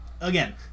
again